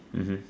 mmhmm